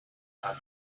hat